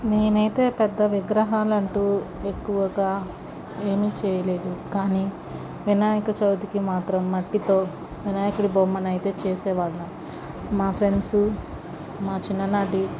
నేను అయితే పెద్ద విగ్రహాలు అంటూ ఎక్కువగా ఏమి చేయలేదు కాని వినాయకచవితికి మాత్రం మట్టితో వినాయకుడి బొమ్మని అయితే చేసేవాళ్ళం మా ఫ్రెండ్స్ మా చిన్ననాటి